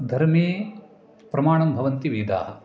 धर्मे प्रमाणं भवन्ति वेदाः